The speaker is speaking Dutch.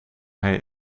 hij